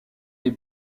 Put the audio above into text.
les